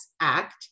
Act